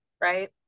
right